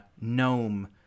gnome